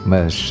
Mas